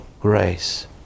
grace